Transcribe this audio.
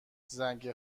زنگ